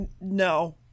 no